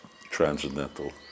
transcendental